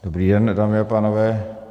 Dobrý den, dámy a pánové.